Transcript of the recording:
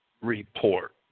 report